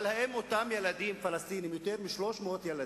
אבל האם אותם ילדים פלסטינים, יותר מ-300 ילדים,